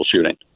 shooting